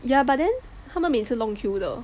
ya but then 他们每次 long queue 的